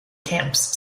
camps